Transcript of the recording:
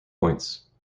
points